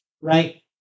right